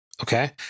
Okay